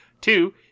Two